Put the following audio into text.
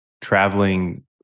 traveling